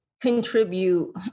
contribute